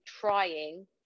trying